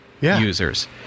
users